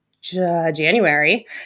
january